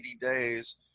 days